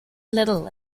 little